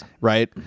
right